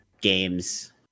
games